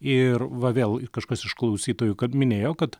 ir va vėl kažkas iš klausytojų kad minėjo kad